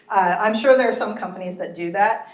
i'm sure there are some companies that do that.